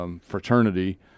fraternity